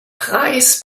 preis